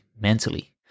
mentally